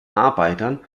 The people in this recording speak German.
arbeitern